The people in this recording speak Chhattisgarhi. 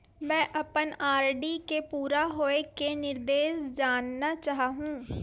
मैं अपन आर.डी के पूरा होये के निर्देश जानना चाहहु